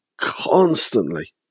constantly